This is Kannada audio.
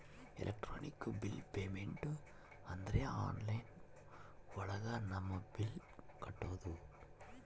ಎಲೆಕ್ಟ್ರಾನಿಕ್ ಬಿಲ್ ಪೇಮೆಂಟ್ ಅಂದ್ರೆ ಆನ್ಲೈನ್ ಒಳಗ ನಮ್ ಬಿಲ್ ಕಟ್ಟೋದು